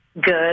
good